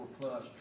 plus